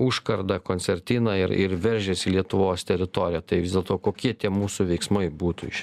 užkardą koncertiną ir ir veržiasi į lietuvos teritoriją tai vis dėlto kokie tie mūsų veiksmai būtų iš